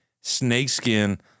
snakeskin